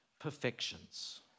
perfections